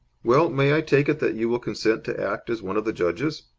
well, may i take it that you will consent to act as one of the judges?